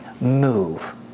move